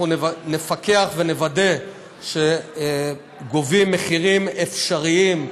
אנחנו נפקח ונוודא שגובים מחירים אפשריים,